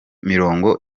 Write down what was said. mirongo